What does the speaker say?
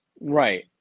Right